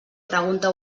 pregunta